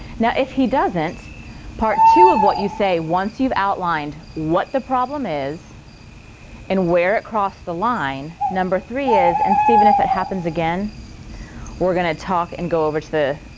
now if he doesn't part two of what you say once you've outlined what the problem is and where it crossed the line number three is and stephen if it happens again we're gonna talk and go over to the